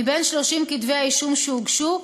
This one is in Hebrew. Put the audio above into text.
מ-30 כתבי האישום שהוגשו,